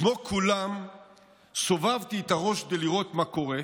כמו כולם סובבתי את הראש כדי לראות מה קורה,